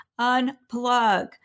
unplug